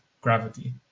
gravity